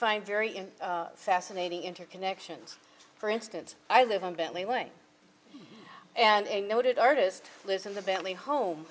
find very in fascinating interconnections for instance i live on bentley way and noted artist lives in the bentley home